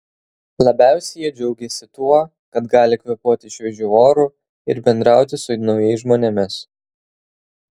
labiausiai jie džiaugėsi tuo kad gali kvėpuoti šviežiu oru ir bendrauti su naujais žmonėmis